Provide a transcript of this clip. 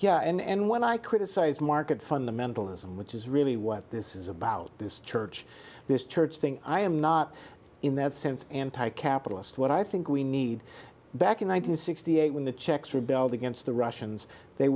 yeah and when i criticize market fundamentalism which is really what this is about this church this church thing i am not in that sense anti capitalist what i think we need back in one thousand nine hundred sixty eight when the czechs rebelled against the russians they